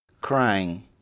crying